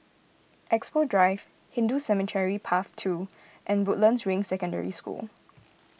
Expo Drive Hindu Cemetery Path two and Woodlands Ring Secondary School